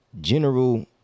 general